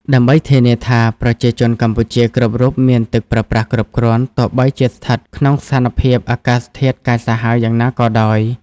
ដើម្បីធានាថាប្រជាជនកម្ពុជាគ្រប់រូបមានទឹកប្រើប្រាស់គ្រប់គ្រាន់ ទោះបីជាស្ថិតក្នុងស្ថានភាពអាកាសធាតុកាចសាហាវយ៉ាងណាក៏ដោយ។